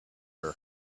her